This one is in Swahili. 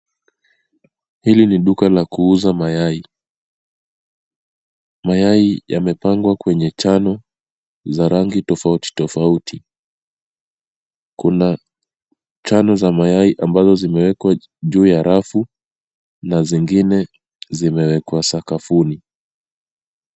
Hili ni duka la kuuza mayai , mayai yamepangwa kwenye chano za rangi tofauti tofauti, kuna chano za mayai ambazo zimewekwa juu ya rafu na zingine zimewekwa sakafuni.